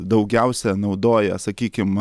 daugiausia naudoja sakykim